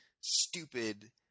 stupid